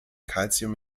calcium